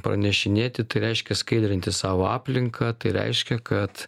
pranešinėti tai reiškia skaidrinti savo aplinką tai reiškia kad